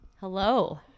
Hello